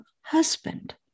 husband